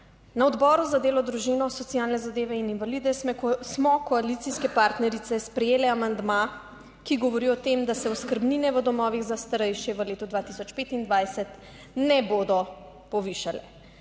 Na Odboru za delo, družino, socialne zadeve in invalide smo koalicijske partnerice sprejele amandma, ki govori o tem, da se oskrbnine v domovih za starejše v letu 2025 ne bodo povišale.